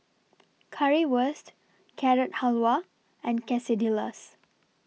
Currywurst Carrot Halwa and Quesadillas